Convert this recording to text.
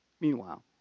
Meanwhile